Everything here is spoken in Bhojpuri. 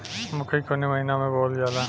मकई कवने महीना में बोवल जाला?